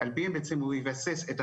אלפים רבים של אנשים שמתפרנסים מעולם